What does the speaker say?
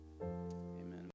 amen